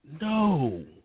No